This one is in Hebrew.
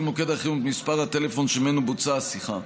מוקד החירום את מספר הטלפון שממנו בוצעה השיחה.